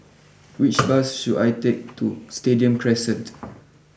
which bus should I take to Stadium Crescent